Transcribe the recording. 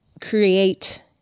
create